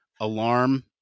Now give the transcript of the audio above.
alarm